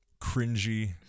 cringy